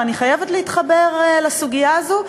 ואני חייבת להתחבר לסוגיה הזו,